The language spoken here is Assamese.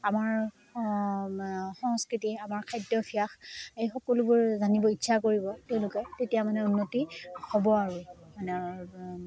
আমাৰ সংস্কৃতি আমাৰ খাদ্যভ্যাস এই সকলোবোৰ জানিব ইচ্ছা কৰিব তেওঁলোকে তেতিয়া মানে উন্নতি হ'ব আৰু মানে